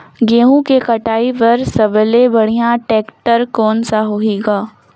गहूं के कटाई पर सबले बढ़िया टेक्टर कोन सा होही ग?